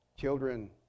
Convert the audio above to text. Children